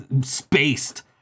spaced